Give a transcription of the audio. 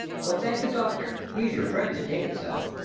go thank the doctor he's your friend, to take it so.